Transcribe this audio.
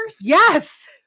Yes